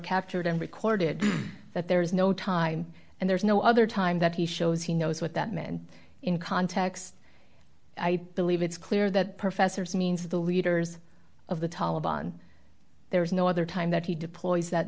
captured and recorded that there is no time and there's no other time that he shows he knows what that meant in context i believe it's clear that professors means the leaders of the taliban there is no other time that he deploys that